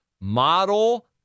model